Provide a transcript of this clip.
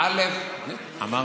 אמרת,